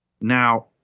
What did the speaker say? Now